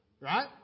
Right